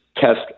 Test